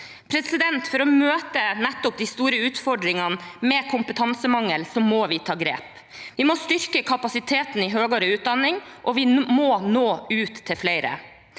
utdanning. For å møte nettopp de store utfordringene med kompetansemangel må vi ta grep. Vi må styrke kapasiteten i høyere utdanning, og vi må nå ut til flere.